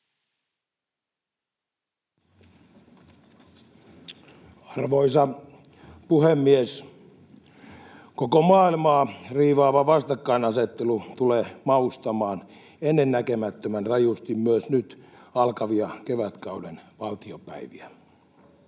Arvoisa puhemies! Koko maailmaa riivaava vastakkainasettelu tulee maustamaan ennen näkemättömän rajusti myös nyt alkavia kevätkauden valtiopäiviä.